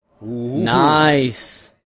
Nice